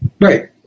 Right